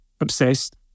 obsessed